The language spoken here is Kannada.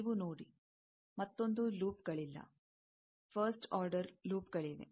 ನೀವು ನೋಡಿ ಮತ್ತೊಂದು ಲೂಪ್ಗಳಿಲ್ಲ ಫಸ್ಟ್ ಆರ್ಡರ್ ಲೂಪ್ ಗಳಿವೆ